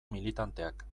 militanteak